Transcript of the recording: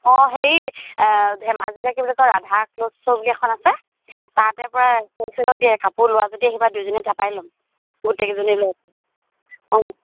অঁ হেৰি ধেমাজি যে কি বুলি কয় ৰাধা ক্লোথ শ্ব' বুলি এখন আছে তাতে পুৰা হ'লচেলত দিয়ে কাপোৰ লোৱা যদি আহিবা দুইজনীয়ে তাৰপৰাই ল'ম গোটেইকেইজনীলৈ অঁ